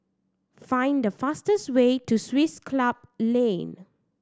find the fastest way to Swiss Club Lane